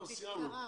סיימנו.